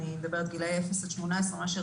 גילאי 0-18,